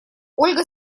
ольга